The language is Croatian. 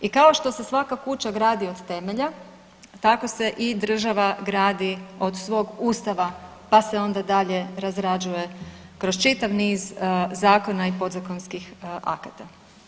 I kao što se svaka kuća gradi od temelja tako se i država gradi od svog Ustava pa se onda dalje razrađuje kroz čitav niz zakona i podzakonskih akata.